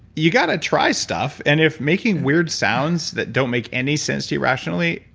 you got to try stuff, and if making weird sounds that don't make any sense to you rationally,